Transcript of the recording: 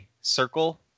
circle